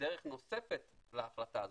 דרך נוספת להחלטה הזאת,